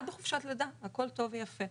אחד בחופשת לידה, הכול טוב ויפה.